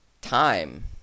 time